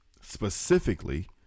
specifically